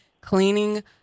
Cleaning